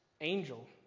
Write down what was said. angel